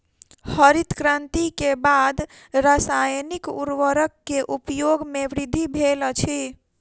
हरित क्रांति के बाद रासायनिक उर्वरक के उपयोग में वृद्धि भेल अछि